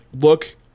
look